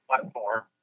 platform